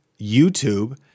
YouTube